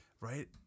right